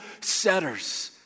setters